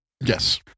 Yes